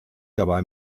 dabei